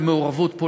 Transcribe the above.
מעורבות,